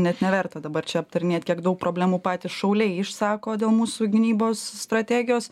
net neverta dabar čia aptarinėt kiek daug problemų patys šauliai išsako dėl mūsų gynybos strategijos